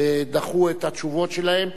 דחו את התשובות שלהם,